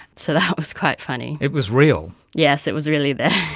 so that was quite funny. it was real. yes, it was really there.